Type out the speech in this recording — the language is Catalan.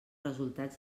resultats